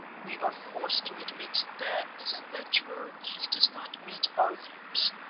we are forced to admit that as a lecturer he does not meet our views.